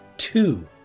two